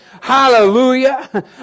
Hallelujah